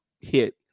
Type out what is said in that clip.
hit